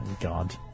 God